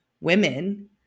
women